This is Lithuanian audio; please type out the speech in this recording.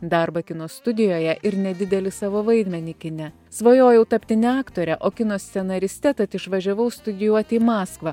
darbą kino studijoje ir nedidelį savo vaidmenį kine svajojau tapti ne aktore o kino scenariste tad išvažiavau studijuoti į maskvą